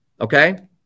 okay